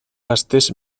gaztez